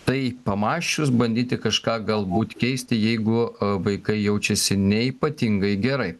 tai pamąsčius bandyti kažką galbūt keisti jeigu vaikai jaučiasi ne ypatingai gerai